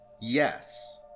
Yes